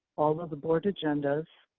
all of the board agendas,